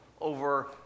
over